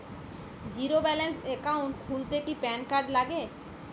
Zero balance account খুলতে কি PAN card লাগে?